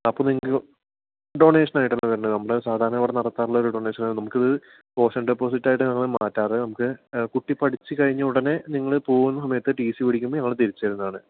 അപ്പോൾ നിങ്ങൾക്ക് ഡോണേഷനായിട്ടല്ല തരേണ്ടത് നമ്മൾ സാധാരണ ഇവിടെ നടത്താറുള്ള ഒരു ഡോണേഷനാണ് നമ്മുക്കിത് കോഷൻ ഡെപ്പോസിറ്റായിട്ടാണ് നമ്മൾ മാറ്റാറ് നമുക്ക് കുട്ടി പഠിച്ച് കഴിഞ്ഞ ഉടനെ നിങ്ങൾ പോകുന്ന സമയത്ത് ടി സി മേടിക്കുമ്പോൾ ഞങ്ങൾ തിരിച്ചു തരുന്നതാണ്